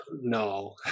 no